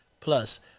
plus